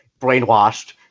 brainwashed